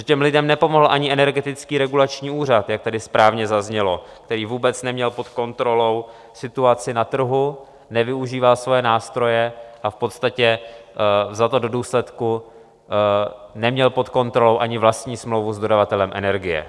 Protože těm lidem nepomohl ani Energetický regulační úřad, jak tady správně zaznělo, který vůbec neměl pod kontrolou situaci na trhu, nevyužíval svoje nástroje a v podstatě za to do důsledku neměl pod kontrolou ani vlastní smlouvu s dodavatelem energie.